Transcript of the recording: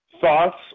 thoughts